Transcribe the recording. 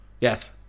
Yes